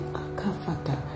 akafata